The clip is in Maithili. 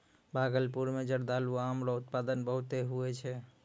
भागलपुर मे जरदालू आम रो उत्पादन बहुते हुवै छै